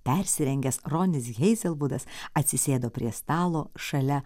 persirengęs ronis heizelvudas atsisėdo prie stalo šalia